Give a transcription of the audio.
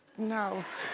know